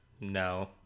no